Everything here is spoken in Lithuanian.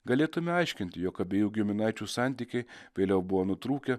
galėtume aiškinti jog abiejų giminaičių santykiai vėliau buvo nutrūkę